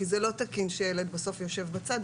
כי זה לא תקין שילד בסוף יושב בצד,